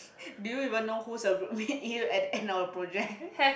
do you even know who's your group mate even at the end of the project